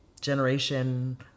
Generation